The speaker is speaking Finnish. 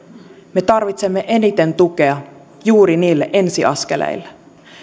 me tarvitsemme eniten tukea juuri niille ensiaskeleille